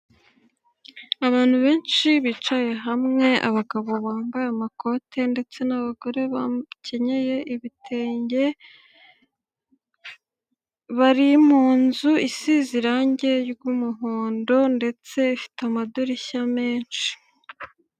Abantu benshi bicaye hamwe, abagabo bambaye amakote ndetse n'abagore bakenyeye ibitenge, bari mu nzu isize irange ry'umuhondo ndetse ifite amadirishya menshi.